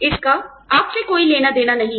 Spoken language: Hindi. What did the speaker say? इसका आपसे कोई लेना देना नहीं है